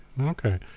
okay